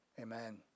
amen